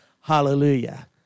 Hallelujah